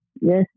yes